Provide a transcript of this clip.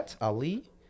Ali